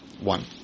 One